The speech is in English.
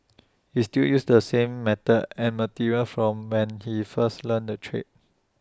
he still uses the same method and materials from when he first learnt the trade